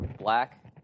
black